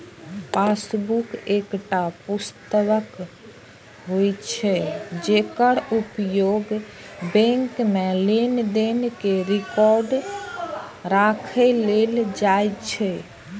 passbook एकटा पुस्तिका होइ छै, जेकर उपयोग बैंक मे लेनदेन के रिकॉर्ड राखै लेल कैल जाइ छै